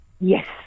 Yes